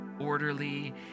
orderly